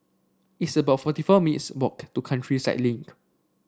it's about forty four minutes' walk to Countryside Link